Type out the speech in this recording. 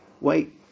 wait